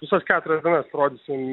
visas keturias dienas rodysim